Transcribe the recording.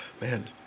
man